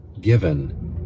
given